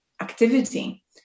activity